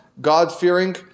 God-fearing